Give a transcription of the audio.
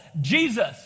Jesus